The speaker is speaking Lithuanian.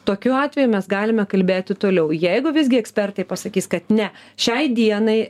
tokiu atveju mes galime kalbėti toliau jeigu visgi ekspertai pasakys kad ne šiai dienai